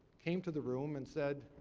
came to the room and said,